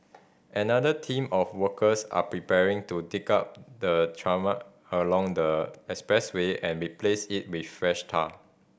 another team of workers are preparing to dig up the tarmac along the expressway and replace it with fresh tar